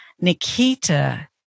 Nikita